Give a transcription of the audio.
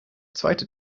zweite